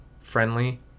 friendly